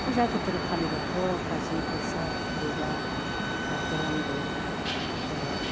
फुजा गिदिर खालिबाथ' गाजि फ्रसाद दुबा आपेल आंगुर